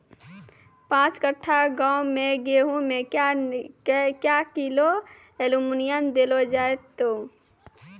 पाँच कट्ठा गांव मे गेहूँ मे क्या किलो एल्मुनियम देले जाय तो?